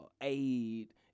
aid